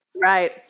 right